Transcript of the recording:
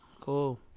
Cool